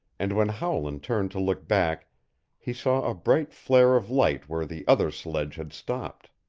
and when howland turned to look back he saw a bright flare of light where the other sledge had stopped.